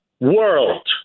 world